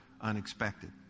unexpected